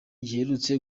giherutse